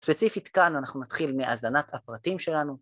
ספציפית כאן אנחנו נתחיל מהזנת הפרטים שלנו.